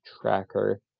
tracker